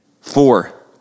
Four